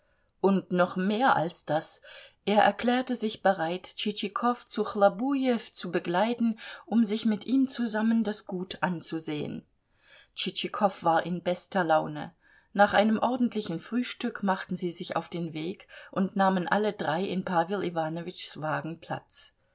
und noch mehr als das er erklärte sich bereit tschitschikow zu chlobujew zu begleiten um sich mit ihm zusammen das gut anzusehen tschitschikow war in bester laune nach einem ordentlichen frühstück machten sie sich auf den weg und nahmen alle drei in pawel iwanowitschs